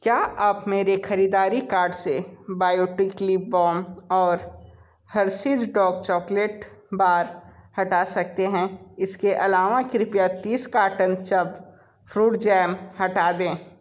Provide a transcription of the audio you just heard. क्या आप मेरे ख़रीदारी कार्ट से बायोटीक लिप बॉम और हर्शीज डॉक चॉकलेट बार हटा सकते हैं इसके अलावा कृपया तीस कार्टन चब फ्रूट जैम हटा दें